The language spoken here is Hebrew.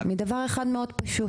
מדבר אחד מאוד פשוט,